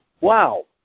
Wow